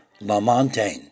Lamontagne